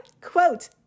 Quote